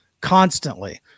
constantly